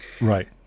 Right